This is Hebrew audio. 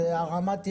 זו הרמת יד,